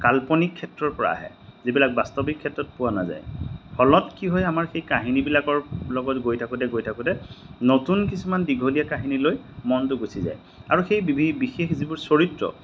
কাল্পনিক ক্ষেত্ৰৰ পৰা আহে যিবিলাক বাস্তৱিক ক্ষেত্ৰত পোৱা নাযায় ফলত কি হয় আমাৰ সেই কাহিনীবিলাকৰ লগত গৈ থাকোঁতে গৈ থাকোঁতে নতুন কিছুমান দীঘলীয়া কাহিনীলৈ মনটো গুচি যায় আৰু সেই বিশেষ যিবোৰ চৰিত্ৰ